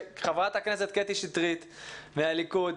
שחברת הכנסת קטי שטרית מהליכוד,